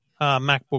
MacBook